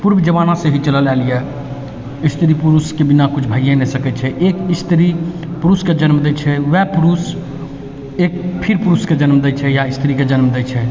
पूर्व जमानासँ ही चलल आएल अइ स्त्री पुरुषके बिना कुछ भैए नहि सकै छै एक स्त्री पुरुषके जन्म दै छै वएह पुरुष एक फिर पुरुषके जन्म दै छै या स्त्रीके जन्म दै छै